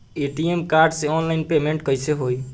ATM card से online payment कैसे होई?